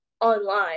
online